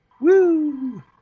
Woo